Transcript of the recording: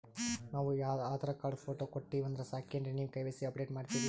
ನಾವು Aadhaar card, photo ಕೊಟ್ಟೀವಂದ್ರ ಸಾಕೇನ್ರಿ ನೀವ ಕೆ.ವೈ.ಸಿ ಅಪಡೇಟ ಮಾಡ್ತೀರಿ?